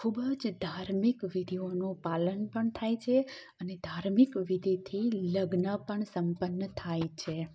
ખૂબ જ ધાર્મિક વિધિઓનું પાલન પણ થાય છે અને ધાર્મિક વિધિથી લગ્ન પણ સંપન્ન થાય છે